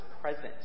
present